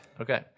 Okay